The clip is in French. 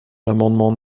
l’amendement